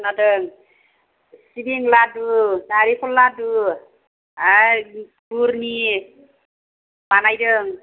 खोनादों सिबिं लादु नारेंखल लादु आर गुरनि बानायदों